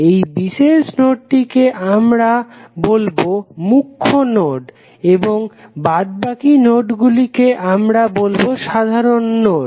এই বিশেষ নোডটিকে বলা হবে মুখ্য নোড এবং বাদবাকি নোডগুলিকে বলা হবে সাধারণ নোড